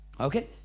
Okay